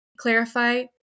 clarify